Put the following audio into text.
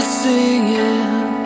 singing